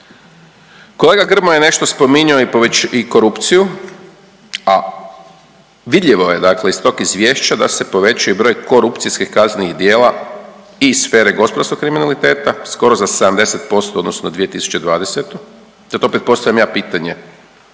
Kolega Grmoja je nešto spominjao i poveć, korupciju, a vidljivo je dakle iz tog izvješća da se povećao i broj korupcijskih kaznenih djela iz sfere gospodarskog kriminaliteta, skoro za 70%, odnosno 2020. Sad opet postavljam ja pitanje,